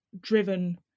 driven